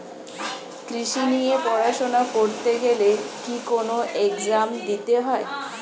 কৃষি নিয়ে পড়াশোনা করতে গেলে কি কোন এগজাম দিতে হয়?